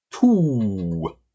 Two